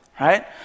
right